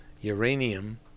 uranium